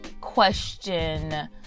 question